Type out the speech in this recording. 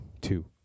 two